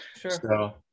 Sure